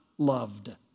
Loved